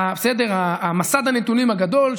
מסד הנתונים הגדול,